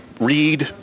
read